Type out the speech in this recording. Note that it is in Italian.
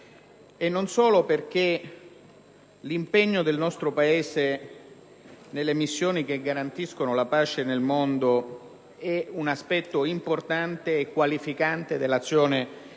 non solo perché l'impegno del nostro Paese nelle missioni che garantiscono la pace nel mondo è un aspetto importante e qualificante dell'azione